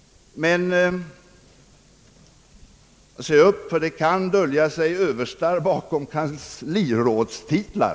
Men se upp, ty det kan dölja sig överstar bakom kanslirådstitlar!